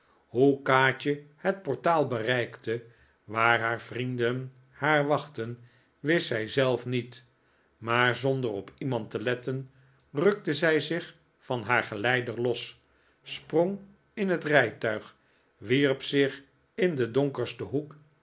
kaatje het portaal bereikte waar haar vrienden haar wachtten wist zij zelf niet maar zonder op iemand te letten rukte zij zich van haar geleider los sprang in het rijtuig wierp zich in den donkersten hoek